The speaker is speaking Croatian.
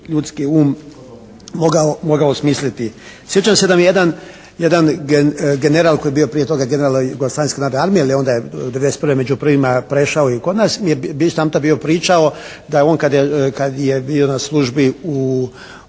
ljudski um mogao smisliti. Sjećam se da mi je jedan general koji je bio prije toga general Jugoslavenske narodne armije jer onda je '91. među prvima prešao i kod nas …/Govornik se ne razumije./… pričao da on kad je bio na službi u